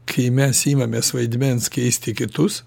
kai mes imamės vaidmens keisti kitus